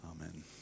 Amen